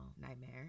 nightmare